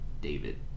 David